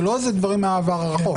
זה לא איזה דברים מהעבר הרחוק.